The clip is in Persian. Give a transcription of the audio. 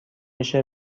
میشه